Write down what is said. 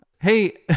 hey